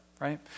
right